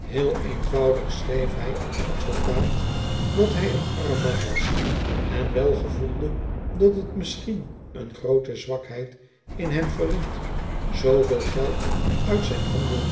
heel eenvoudig schreef hij aan den advocaat dat hij een arm man was en wel gevoelde dat het misschien een groote zwakheid in hem verried zooveel geld uit zijn handen